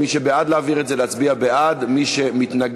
מי שבעד להעביר את זה, להצביע בעד, מי שמתנגד,